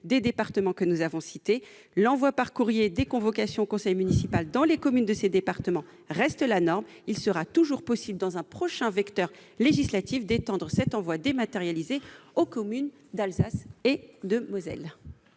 des départements que nous avons cités, l'envoi par courrier des convocations au conseil municipal dans les communes de ces départements reste la norme. Il sera toujours possible, un prochain vecteur législatif, d'étendre cet envoi dématérialisé aux communes d'Alsace et de Moselle.